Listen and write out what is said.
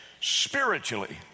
spiritually